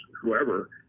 whoever